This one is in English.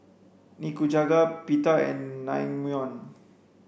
Nikujaga Pita and Naengmyeon